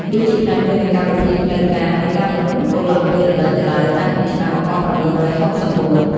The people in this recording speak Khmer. វាជាផ្នែកមួយនៃកម្មវិធីផ្លូវការនៃការប្រកួតអូឡាំពិករដូវក្តៅតាំងពីឆ្នាំ ១៩៦៤ ។